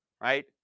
right